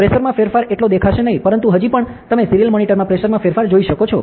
પ્રેશરમાં ફેરફાર એટલો દેખાશે નહીં પરંતુ હજી પણ તમે સિરીયલ મોનિટરમાં પ્રેશરમાં ફેરફાર જોઈ શકો છો